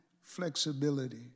flexibility